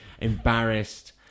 embarrassed